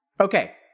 Okay